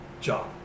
job